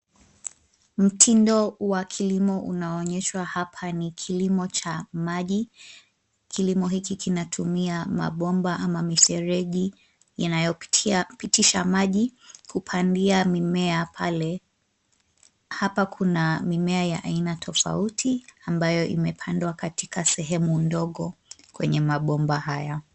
Mtindo wa kilimo unaonyeshwa hapa ni kilimo cha maji. Kilimo hiki kinatumia mabomba ama mifereji yanayopitisha maji kupandia mimea pale. Hapa kuna mimea ya aina tofauti ambayo imepandwa katika sehemu ndogo kwenye mabomba haya.